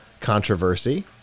controversy